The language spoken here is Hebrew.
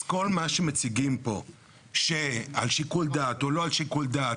בכל מה שמציגים פה על שיקול דעת או לא שיקול דעת,